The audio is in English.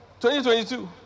2022